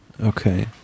okay